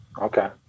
okay